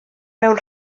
mewn